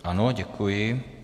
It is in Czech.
Ano, děkuji.